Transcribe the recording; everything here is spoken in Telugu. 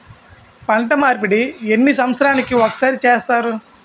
పంట మార్పిడి ఎన్ని సంవత్సరాలకి ఒక్కసారి చేస్తారు?